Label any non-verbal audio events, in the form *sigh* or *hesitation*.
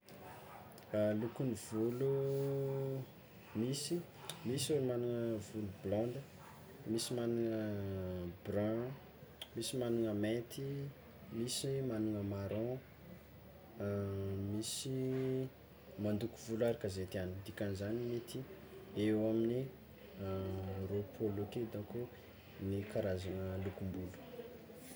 *hesitation* Lokon'ny volo, misy misy olo magnagna volo blonde, misy magnagna brun, misy magnagna marron, misy mandoko volo araka ze tiàgny dikan'izany mety eo amin'ny *hesitation* roapolo ake dônko ny karazagna lokombolo.